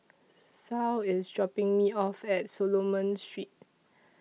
Saul IS dropping Me off At Solomon Street